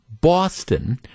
Boston